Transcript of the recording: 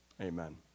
amen